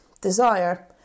Desire